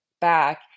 back